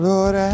Lord